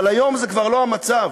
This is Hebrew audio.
אבל היום זה כבר לא המצב,